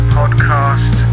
podcast